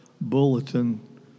bulletin